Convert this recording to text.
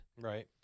Right